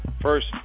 first